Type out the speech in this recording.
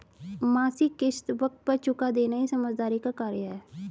मासिक किश्त वक़्त पर चूका देना ही समझदारी का कार्य है